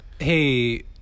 Hey